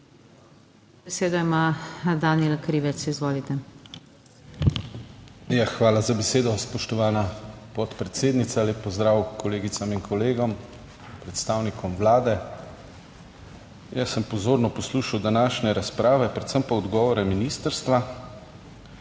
Besedo ima Danijel Krivec. Izvolite. DANIJEL KRIVEC (PS SDS): Ja, hvala za besedo, spoštovana podpredsednica. Lep pozdrav kolegicam in kolegom, predstavnikom Vlade! Jaz sem pozorno poslušal današnje razprave, predvsem pa odgovore ministrstva